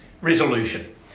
resolution